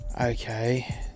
Okay